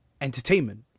entertainment